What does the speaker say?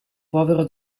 povero